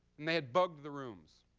and they had bugged the rooms.